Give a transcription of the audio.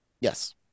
yes